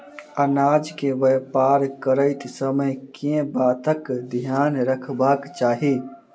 अनाज केँ व्यापार करैत समय केँ बातक ध्यान रखबाक चाहि?